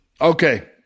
okay